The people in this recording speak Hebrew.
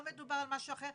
לא מדובר על משהו אחר,